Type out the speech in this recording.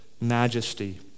majesty